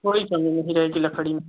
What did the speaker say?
कोई कमी नहीं रहेगी लकड़ी में